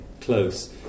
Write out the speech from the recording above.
close